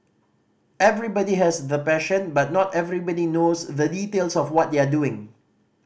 everybody has the passion but not everybody knows the details of what they are doing